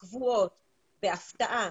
בהפתעה,